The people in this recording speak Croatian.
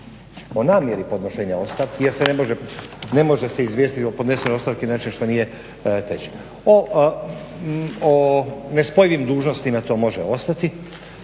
o namjeri podnošenja ostavki jer se ne može izvijestiti o podnesenoj ostavki inače što …/Govornik se ne razumije./… O nespojivim dužnostima to može ostati